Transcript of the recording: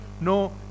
no